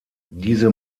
diese